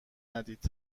ندید